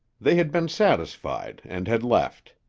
they had been satisfied and had left.